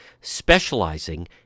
specializing